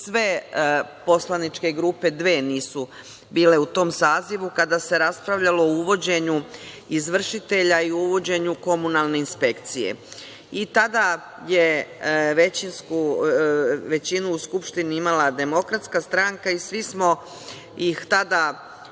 sve poslaničke grupe, dve nisu bile u tom sazivu, kada se raspravljalo o uvođenju izvršitelja i o uvođenju komunalne inspekcije.I, tada je većinu u Skupštini imala DS, i svi smo ih tada optuživali